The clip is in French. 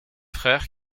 frères